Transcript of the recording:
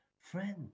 Friend